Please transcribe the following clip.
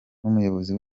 n’umuyobozi